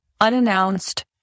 unannounced